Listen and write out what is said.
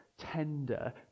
tender